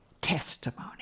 testimony